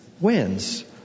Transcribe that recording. Wins